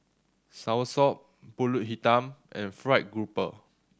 Soursop Pulut Hitam and fried grouper